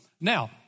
Now